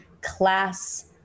class